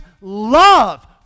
love